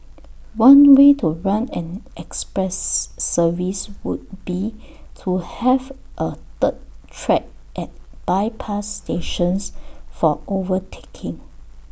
one way to run an express service would be to have A third track at bypass stations for overtaking